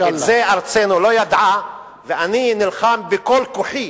את זה ארצנו לא ידעה, ואני נלחם בכל כוחי